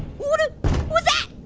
what ah was that,